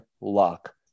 luck